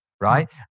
right